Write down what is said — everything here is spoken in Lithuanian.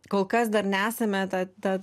kol kas dar nesame ta ta